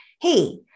hey